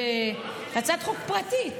הכנסת בהצעת חוק פרטית,